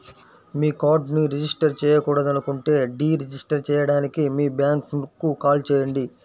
మీ కార్డ్ను రిజిస్టర్ చేయకూడదనుకుంటే deregister చేయడానికి మీ బ్యాంక్కు కాల్ చేయండి